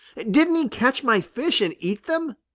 didn't he catch my fish and eat them?